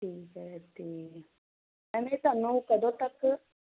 ਠੀਕ ਹੈ ਤੇ ਮੈਮ ਇਹ ਤੁਹਾਨੂੰ ਕਦੋਂ ਤੱਕ